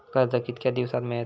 कर्ज कितक्या दिवसात मेळता?